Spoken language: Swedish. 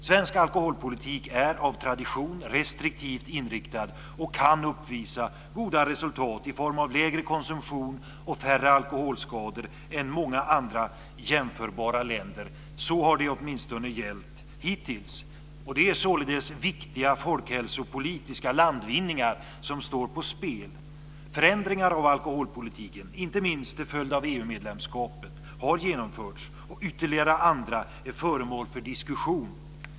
Svensk alkoholpolitik är av tradition restriktivt inriktad och kan uppvisa goda resultat i form av lägre konsumtion och färre alkoholskador än många andra jämförbara länder. Så har åtminstone gällt hittills. Det är således viktiga folkhälsopolitiska landvinningar som står på spel. Förändringar av alkoholpolitiken, inte minst till följd av EU-medlemskapet, har genomförts och ytterligare andra är föremål för diskussion.